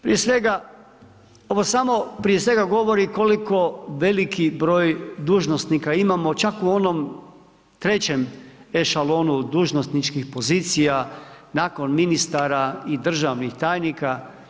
Prije svega, ovo samo, prije svega govori koliko veliki broj dužnosnika imamo čak i u onom trećem ešalonu dužnosničkih pozicija, nakon ministara i državnih tajnika.